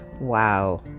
Wow